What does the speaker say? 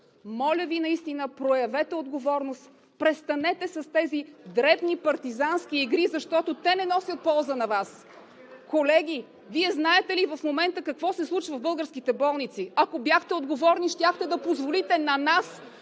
Моля Ви, наистина проявете отговорност, престанете с тези дребни партизански игри, защото те не носят полза на Вас! Колеги, Вие знаете ли в момента какво се случва в българските болници? Ако бяхте отговорни, щяхте да позволите на нас,